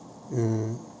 mm